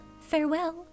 Farewell